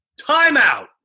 Timeout